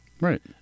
right